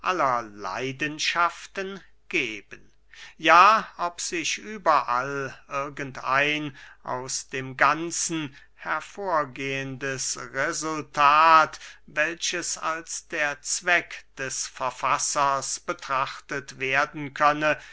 leidenschaften geben ja ob sich überall irgend ein aus dem ganzen hervorgehendes resultat welches als der zweck des verfassers betrachtet werden könne